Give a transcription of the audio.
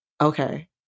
okay